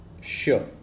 Sure